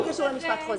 זה לא קשור למשפט חוזר.